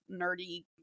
nerdy